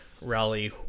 rally